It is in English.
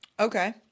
Okay